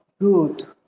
good